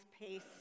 pace